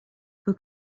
who